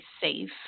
safe